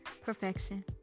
perfection